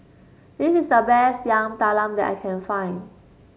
this is the best Yam Talam that I can find